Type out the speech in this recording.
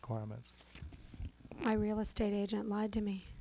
requirements my real estate agent lied to me